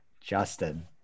Justin